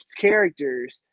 characters